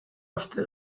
uste